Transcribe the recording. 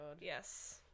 Yes